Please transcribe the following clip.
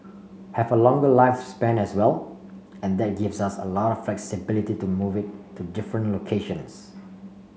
have a longer lifespan as well and that gives us a lot of flexibility to move it to different locations